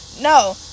No